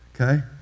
okay